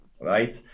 right